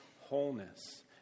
wholeness